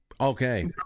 Okay